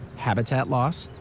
habitat loss,